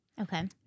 Okay